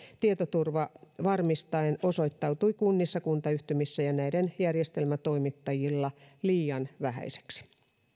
tietoturva varmistaen osoittautui kunnissa kuntayhtymissä ja näiden järjestelmätoimittajilla liian vähäiseksi